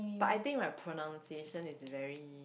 but I think my pronunciation is very